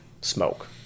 smoke